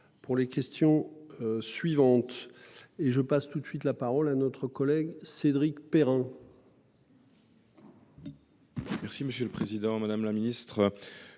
pour les questions suivantes. Et je passe tout de suite la parole à notre collègue Cédric Perrin.